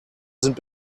sind